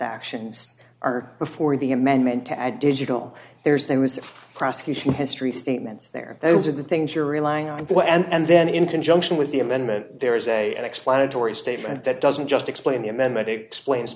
actions are before the amendment to a digital there's there was a prosecution history statements there those are the things you're relying on and then in conjunction with the amendment there is a and explanatory statement that doesn't just explain the amendment it explains